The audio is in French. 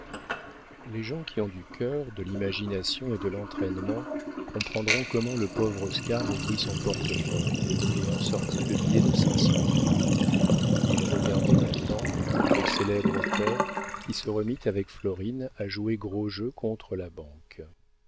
les gens qui ont du cœur de l'imagination et de l'entraînement comprendront comment le pauvre oscar ouvrit son portefeuille et en sortit le billet de cinq cents francs il regardait nathan le célèbre auteur qui se remit avec florine à jouer gros jeu contre la banque